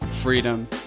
freedom